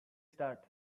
start